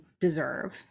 deserve